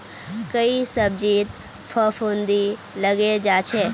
कई सब्जित फफूंदी लगे जा छे